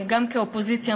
גם כאופוזיציה,